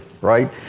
right